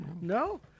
no